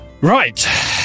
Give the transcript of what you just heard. Right